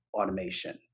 automation